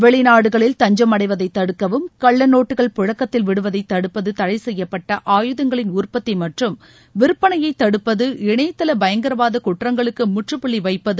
வெளிநாடுகளில் தஞ்சமடைவதை தடுக்கவும் கள்ள நோட்டுகள் புழக்கத்தில் விடுவதை தடுப்பது தடை செய்யப்பட்ட ஆயுதங்களின் உற்பத்தி மற்றும் விற்பனையை தடுப்பது இணையதள பயங்கரவாத குற்றங்களுக்கு முற்றுப்புள்ளி வைப்பது